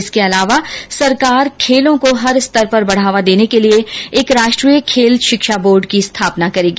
इसके अलावा सरकार खेलों को हर स्तर पर बढ़ावा देने के लिए एक राष्ट्रीय खेल शिक्षा बोर्ड की स्थापना करेगी